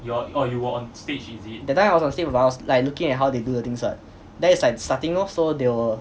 that time I was on stage but I was like looking at how they do the things what that is like starting lor so they will